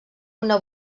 una